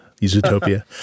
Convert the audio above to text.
utopia